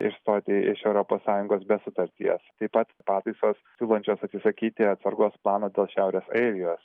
išstoti iš europos sąjungos be sutarties taip pat pataisos siūlančios atsisakyti atsargos plano dėl šiaurės airijos